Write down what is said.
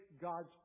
God's